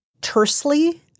Tersely